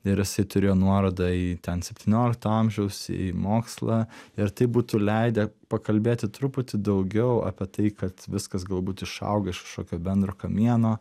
ir jisai turėjo nuorodą į ten septyniolikto amžiaus į mokslą ir tai būtų leidę pakalbėti truputį daugiau apie tai kad viskas galbūt išaugęs iš kažkokio bendro kamieno